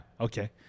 okay